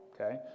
Okay